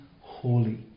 holy